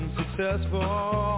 successful